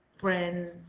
friends